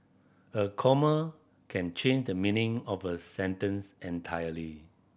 a comma can change the meaning of a sentence entirely